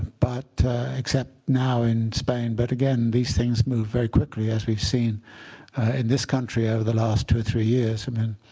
but except now in spain. but again, these things move very quickly, as we've seen in this country over the last two or three years. i mean,